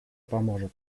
поможет